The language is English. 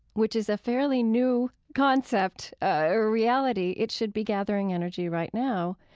which is a fairly new concept, ah reality, it should be gathering energy right now.